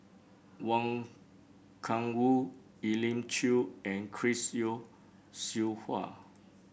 Wang Gungwu Elim Chew and Chris Yeo Siew Hua